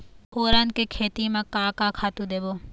फोरन के खेती म का का खातू देबो?